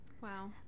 Wow